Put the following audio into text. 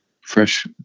fresh